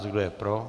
Kdo je pro?